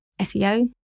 SEO